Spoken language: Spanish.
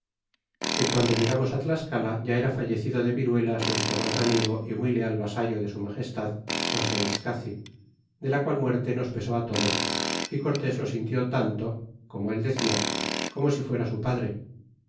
que piando llegamos á tiascala ya era fallecido de viruelas nuestro gran amigo y muy leal vasallo de su magestad ilaseescasi de la qual muerte nos pesó a todos y cortés lo sintió tanto como él decia como si fuera su padre